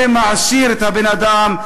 זה מעשיר את הבן-אדם,